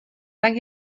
tak